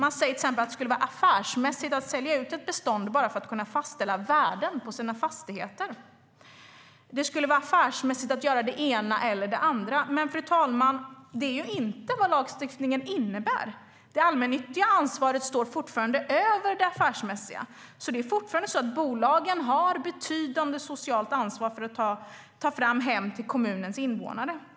De säger till exempel att det skulle vara affärsmässigt att sälja ut ett bestånd för att kunna fastställa värden på sina fastigheter, att det skulle vara affärsmässigt att göra det ena eller det andra. Men det är inte vad lagstiftningen innebär. Det allmännyttiga ansvaret står fortfarande över det affärsmässiga. Bolagen har alltså fortfarande betydande socialt ansvar för att ta fram hem till kommunens invånare.